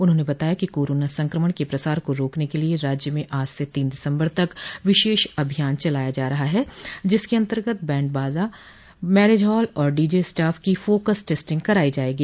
उन्होंने बताया कि कोरोना संक्रमण के प्रसार को रोकने के लिये राज्य में आज से तीन दिसम्बर तक विशेष अभियान चलाया जा रहा है जिसके अन्तर्गत बैंड बाजा मैरिज हाल और डीजे स्टाफ की फोकस टेस्टिंग कराई जायेगी